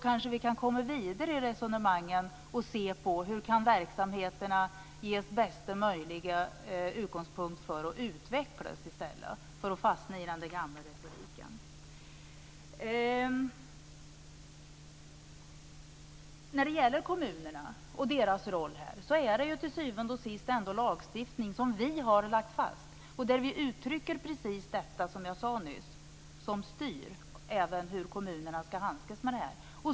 Kanske kan vi då komma vidare i resonemangen och se efter hur verksamheterna kan ges bästa möjliga utgångspunkt för utveckling; detta i stället för att fastna i gammal retorik. När det gäller kommunerna och deras roll har vi till syvende och sist ändå lagt fast en lagstiftning - där uttrycks precis det som jag nyss sade - som är styrande även för hur kommunerna skall handskas med detta.